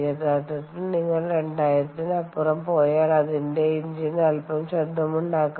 യഥാർത്ഥത്തിൽ നിങ്ങൾ 2000 ന് അപ്പുറം പോയൽ അതിന്റെ എഞ്ചിൻ അൽപ്പം ശബ്ദമുണ്ടാക്കും